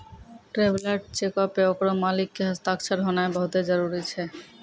traveller चेको पे ओकरो मालिक के हस्ताक्षर होनाय बहुते जरुरी छै